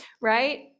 right